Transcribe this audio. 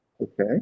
Okay